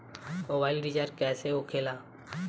Mobile recharge कैसे होखे ला?